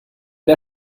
der